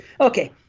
Okay